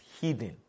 hidden